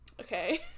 Okay